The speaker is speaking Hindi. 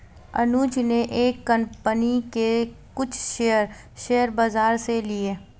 अनुज ने एक कंपनी के कुछ शेयर, शेयर बाजार से लिए